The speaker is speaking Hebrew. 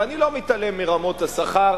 ואני לא מתעלם מרמות השכר,